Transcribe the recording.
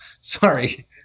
sorry